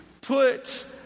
put